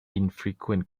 infrequent